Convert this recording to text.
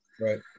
right